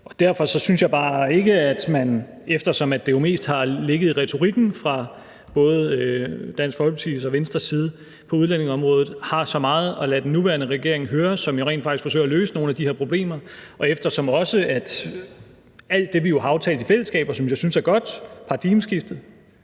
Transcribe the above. Derfor synes jeg bare ikke, at man, eftersom det jo mest har ligget i retorikken fra både Dansk Folkepartis og Venstres side på udlændingeområdet, har så meget at lade den nuværende regering høre, for den forsøger jo rent faktisk at løse nogle af de her problemer – også på grund af alt det, vi jo har aftalt i fællesskab, og som jeg synes er godt. Paradigmeskiftet